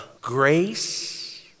grace